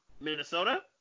Minnesota